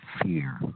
fear